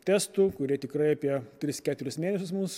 testų kurie tikrai apie tris keturis mėnesius mums